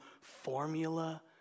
formula